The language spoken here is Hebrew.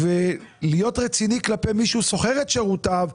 ולהיות רציני כלפי מי שהוא שוכר את שירותיו.